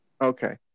okay